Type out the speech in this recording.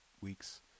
weeks